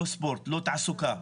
לא ספורט, לא תעסוקה.